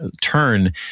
turn